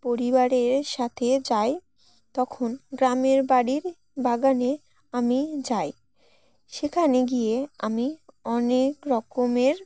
পরিবারের সাথে যাই তখন গ্রামের বাড়ির বাগানে আমি যাই সেখানে গিয়ে আমি অনেক রকমের